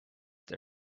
they